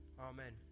Amen